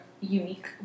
unique